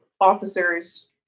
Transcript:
officers